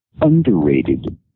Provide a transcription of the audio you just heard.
underrated